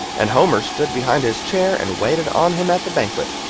and homer stood behind his chair and waited on him at the banquet.